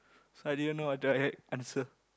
so I didn't know a direct answer